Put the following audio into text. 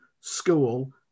school